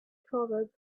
proverb